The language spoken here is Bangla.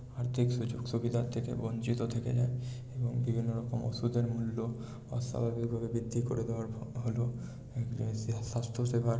আর্থিক সুযোগ সুবিধার থেকে বঞ্চিত থেকে যায় এবং বিভিন্ন রকম ওষুধের মূল্য অস্বাভাবিকভাবে বৃদ্ধি করে দেওয়ার হলো স্বাস্থ্যসেবার